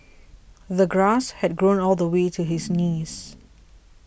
the grass had grown all the way to his knees